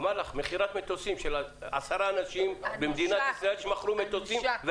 אמר לך מכירת מטוסים של עשרה אנשים במדינת ישראל שמכרו מטוסים,